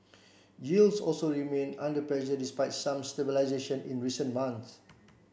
yields also remain under pressure despite some stabilisation in recent months